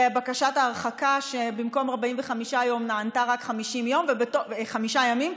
בקשת ההרחקה שבמקום ל-45 יום נענתה רק לחמישה ימים,